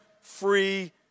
free